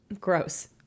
Gross